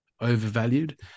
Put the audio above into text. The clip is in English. overvalued